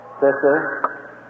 Sister